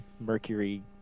Mercury